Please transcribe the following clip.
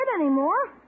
anymore